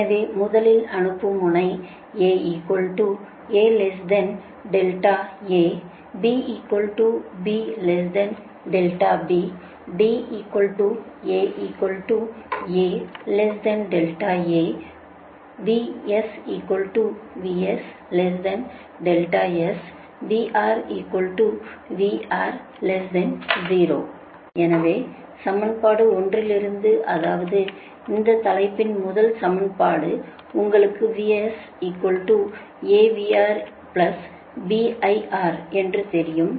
எனவே முதலில் அனுமதிப்போம் எனவே சமன்பாடு 1 இலிருந்து அதாவது இந்த தலைப்பின் முதல் சமன்பாடு உங்களுக்குத் என்று தெரியும்